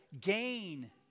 gain